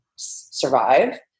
survive